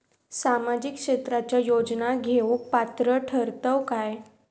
सामाजिक क्षेत्राच्या योजना घेवुक पात्र ठरतव काय?